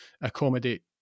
accommodate